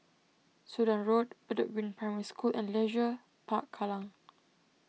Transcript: Sudan Road Bedok Green Primary School and Leisure Park Kallang